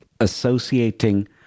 associating